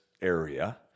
area